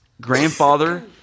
grandfather